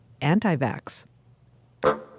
anti-vax